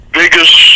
biggest